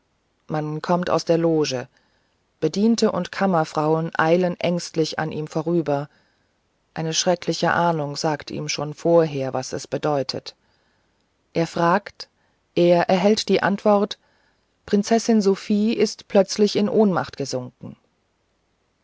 man kommt aus der loge bediente und kammerfrauen eilen ängstlich an ihm vorüber eine schreckliche ahnung sagt ihm schon vorher was es bedeute er fragt er erhält die antwort prinzessin sophie ist plötzlich in ohnmacht gesunkenen